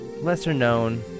lesser-known